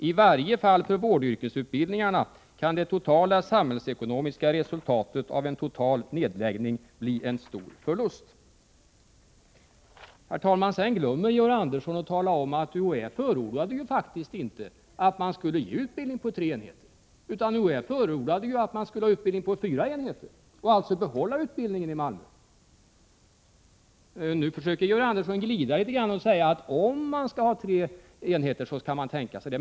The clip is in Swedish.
I varje fall för vårdyrkesutbildningarna kan det totala samhällsekonomiska resultat av en total nedläggning bli en stor förlust.” Herr talman! Sedan glömmer Georg Andersson att tala om, att UHÄ faktiskt inte förordade att man skulle ge utbildning på tre enheter, utan UHÄ förordade att man skulle ha utbildning på fyra enheter och alltså behålla utbildningen i Malmö. Nu försöker Georg Andersson glida litet och säger att om det skall vara tre enheter, så kan man tänka sig det.